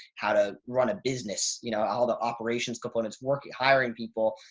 how to run a business, you know, all the operations components work, hiring people,